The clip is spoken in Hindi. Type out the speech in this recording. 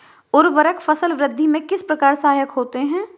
उर्वरक फसल वृद्धि में किस प्रकार सहायक होते हैं?